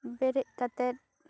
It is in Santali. ᱵᱮᱨᱮᱫ ᱠᱟᱛᱮᱫ